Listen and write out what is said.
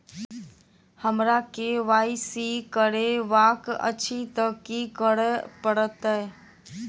हमरा केँ Y C करेवाक अछि तऽ की करऽ पड़तै?